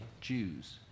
Jews